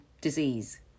disease